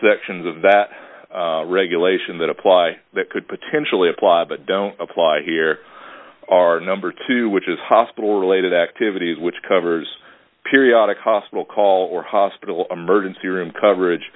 sections of that regulation that apply that could potentially apply but don't apply here are number two which is hospital related activity which covers periodic hospital call or hospital emergency room coverage